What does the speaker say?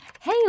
Hey